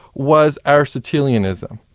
was aristotelianism.